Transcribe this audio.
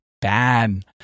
bad